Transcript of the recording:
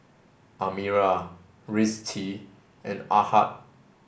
Amirah Rizqi and Ahad